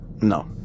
No